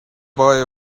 boy